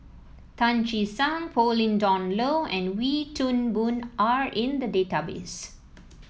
Tan Che Sang Pauline Dawn Loh and Wee Toon Boon are in the database